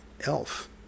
elf